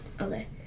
Okay